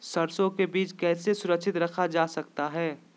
सरसो के बीज कैसे सुरक्षित रखा जा सकता है?